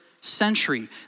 century